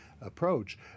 approach